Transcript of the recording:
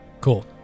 Cool